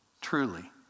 truly